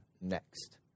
next